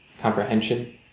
comprehension